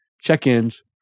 check-ins